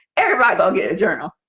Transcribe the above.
everybody i'll get a journal